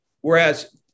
Whereas